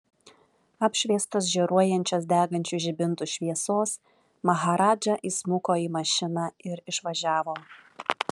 apšviestas žioruojančios degančių žibintų šviesos maharadža įsmuko į mašiną ir išvažiavo